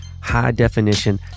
high-definition